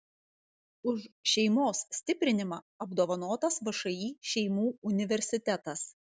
už šeimos stiprinimą apdovanotas všį šeimų universitetas